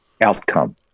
outcome